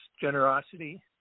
generosity